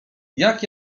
jak